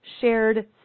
Shared